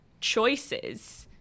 choices